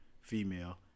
Female